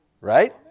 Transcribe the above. Right